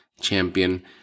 champion